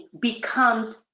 becomes